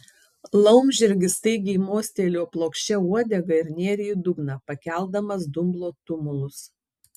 laumžirgis staigiai mostelėjo plokščia uodega ir nėrė į dugną pakeldamas dumblo tumulus